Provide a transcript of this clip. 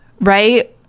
right